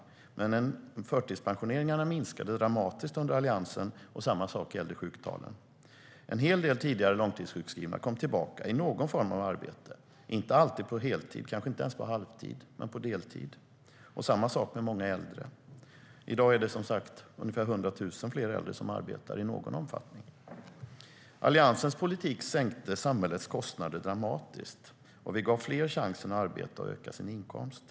Men förtidspensioneringarna minskade dramatiskt under Alliansen, och samma sak gällde sjuktalen. En hel del långtidssjukskrivna kom tillbaka i någon form av arbete, inte alltid på heltid, kanske inte ens på halvtid, men på deltid. Samma sak gäller många äldre. I dag är det som sagt ungefär 100 000 fler äldre som arbetar i någon omfattning. Alliansens politik sänkte samhällets kostnader dramatiskt. Vi gav fler chansen att arbeta och öka sin inkomst.